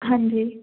ਹਾਂਜੀ